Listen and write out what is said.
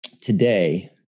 today